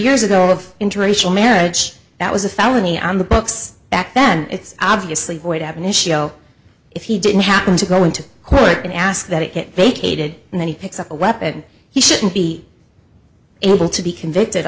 years ago of interracial marriage that was a felony on the books back then it's obviously void have an issue oh if he didn't happen to go into court and ask that it vacated and then he picks up a weapon he shouldn't be able to be convicted